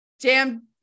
Jam